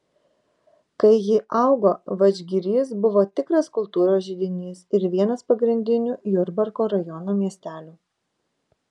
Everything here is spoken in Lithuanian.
kai ji augo vadžgirys buvo tikras kultūros židinys ir vienas pagrindinių jurbarko rajono miestelių